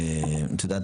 את יודעת,